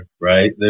right